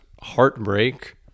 heartbreak